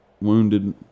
wounded